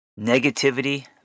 negativity